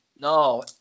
No